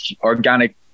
organic